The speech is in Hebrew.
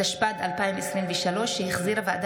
התשפ"ד 2023, אושרה